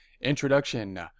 Introduction